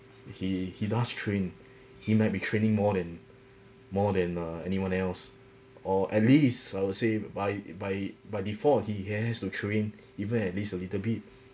he he does train he might be training more than more than uh anyone else or at least I would say by by by default he has to train even at least a little bit